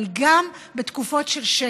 אבל גם בתקופות של שקט.